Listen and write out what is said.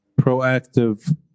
proactive